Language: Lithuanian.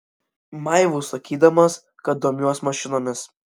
maivaus sakydamas kad domiuos mašinomis